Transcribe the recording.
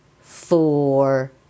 four